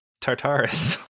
tartarus